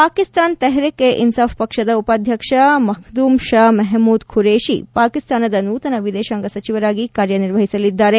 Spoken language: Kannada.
ಪಾಕಿಸ್ತಾನ್ ತೆಹರಿಕ್ ಎ ಇನ್ಲಾಫ್ ಪಕ್ಷದ ಉಪಾಧ್ಯಕ್ಷ ಮಖದೂಮ್ ಶಾ ಮೆಹಮೂದ್ ಖುರೇಶಿ ಪಾಕಿಸ್ತಾನದ ನೂತನ ವಿದೇಶಾಂಗ ಸಚಿವರಾಗಿ ಕಾರ್ಯ ನಿರ್ವಹಿಸಲಿದ್ದಾರೆ